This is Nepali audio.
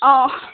अँ